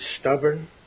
stubborn